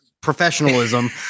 professionalism